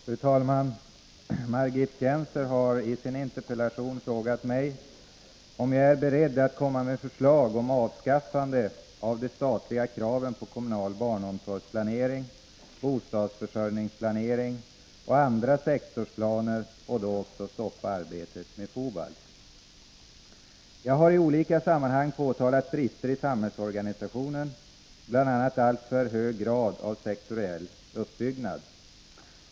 Fru talman! Margit Gennser har i sin interpellation frågat mig om jag är beredd att komma med förslag om avskaffande av de statliga kraven på kommunal barnomsorgsplanering, bostadsförsörjningsplanering och andra sektorsplaner och då också stoppa arbetet med Fobalt. Jag har i olika sammanhang påtalat brister i samhällsorganisationen, bl.a. alltför hög grad av sektoriell uppbyggnad.